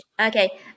okay